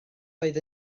oedd